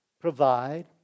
provide